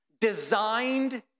designed